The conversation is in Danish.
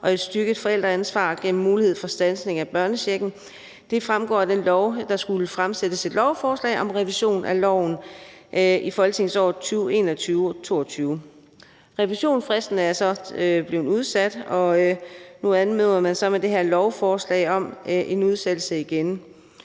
og et styrket forældreansvar gennem mulighed for standsning af børnechecken. Det fremgår af den lov, at der skulle fremsættes et lovforslag om revision af loven i folketingsåret 2021-22. Revisionsfristen er så blevet udsat, og nu anmoder man så med det her lovforslag om en udsættelse igen.